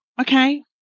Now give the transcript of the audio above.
okay